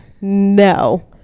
no